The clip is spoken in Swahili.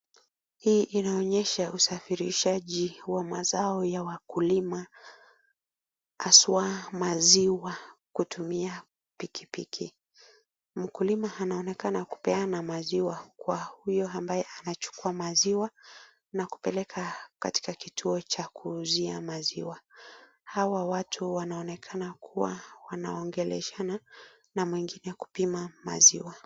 hii inaonyesha usafirisaji wa mazao ya wakulima haswa maziwa kutumia piki piki, mkulima nanaonekana kupeana mazimwa kwa huyo ambaye anachukua maziwa nakupeleka katika kituo cha kuuzia maziwa, hawa watu wanaonekana kuwa wanaongeleshana na mwingine kupima maziwa.